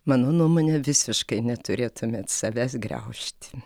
mano nuomone visiškai neturėtumėt savęs graužti